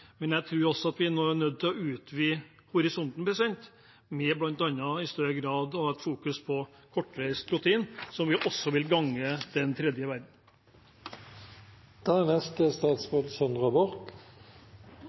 men jeg tror vi nå er nødt til å utvide horisonten, bl.a. ved i større grad å fokusere på kortreist protein, som jo også vil gagne den tredje verden. Det er